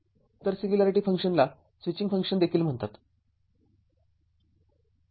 तर सिंग्युलॅरिटी फंक्शनला switching function देखील म्हणतात